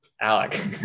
Alec